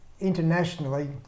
internationally